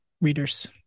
readers